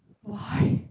why